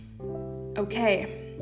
Okay